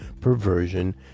perversion